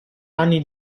anni